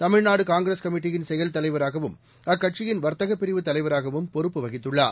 Tamil Nadu Congress கமிட்டியின் செயல் தலைவராகவும் அக்கட்சியின் வர்த்தகப் பிரிவு தலைவராகவும் பொறுப்பு வகித்துள்ளார்